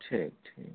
ठीक ठीक